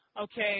Okay